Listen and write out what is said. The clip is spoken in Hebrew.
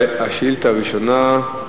השאילתא הראשונה,